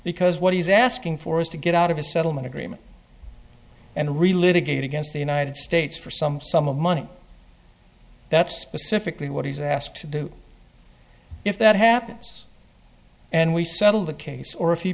because what he's asking for is to get out of a settlement agreement and really litigation against the united states for some sum of money that's specifically what he's asked to do if that happens and we settle the case or if